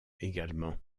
également